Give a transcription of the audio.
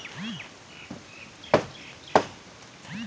কাল্টিপ্যাকের হতিছে সেই মোটর গাড়ি যেটি দিয়া মাটিতে মোয়লা তোলা হয়